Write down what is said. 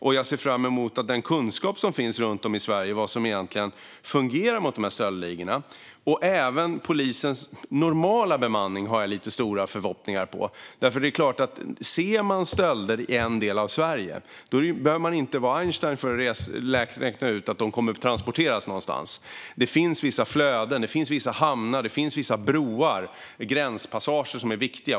Och jag ser fram emot den kunskap som finns runt om i Sverige om vad som egentligen fungerar mot dessa stöldligor. Jag har också stora förhoppningar på polisens normala bemanning. Det är klart att om man ser stölder i en del av Sverige behöver man inte vara Einstein för att räkna ut att de stulna sakerna kommer att transporteras någonstans. Det finns vissa flöden, vissa hamnar, vissa broar och gränspassager som är viktiga.